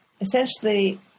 essentially